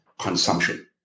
consumption